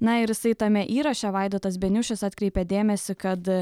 na ir jisai tame įraše vaidotas beniušis atkreipė dėmesį kad